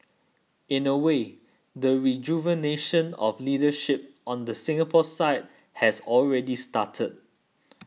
in a way the rejuvenation of leadership on the Singapore side has already started